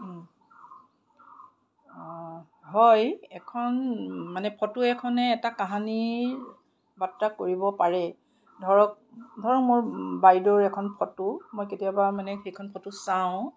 হয় এখন মানে ফটো এখনে এটা কাহিনী বাৰ্তা কৰিব পাৰে ধৰক ধৰক মোৰ বাইদেউৰ এখন ফটো মই কেতিয়াবা মানে সেইখন ফটো চাওঁ